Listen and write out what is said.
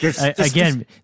Again